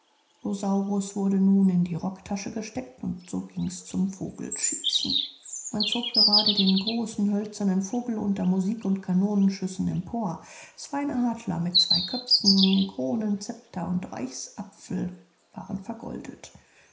wurde nun in die rocktasche gesteckt und so gings zum vogelschießen man zog gerade den großen hölzernen vogel unter musik und kanonenschüssen empor es war ein adler mit zwei köpfen kronen scepter und reichsapfel waren vergoldet